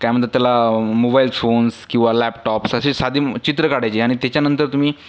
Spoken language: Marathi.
काय म्हणतात त्याला मोबाईल फोन्स किंवा लॅपटॉप्स तसे साधे चित्र काढायचे आणि त्याच्यानंतर तुम्ही